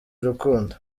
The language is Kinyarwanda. urukundo